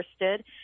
interested